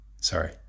Sorry